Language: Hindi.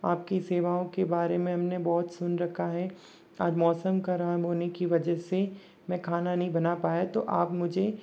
आप की सेवाओं के बारे में हमने बहुत सुन रखा है आज मौसम खराब होने की वजह से मैं खाना नहीं बना पाया तो आप मुझे